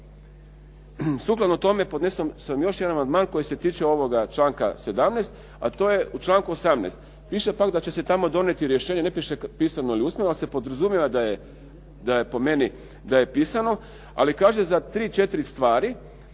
Sukladno tome podnesao sam još jedan amandman koji se tiče ovoga članka 17., a to je u članku 18. Piše pak da će se tamo donijeti rješenje, ne piše pisano ili usmeno, ali se podrazumijeva da je po meni da je pisano, ali kaže za tri,